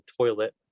toilet